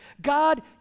God